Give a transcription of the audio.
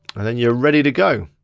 and you're ready to go.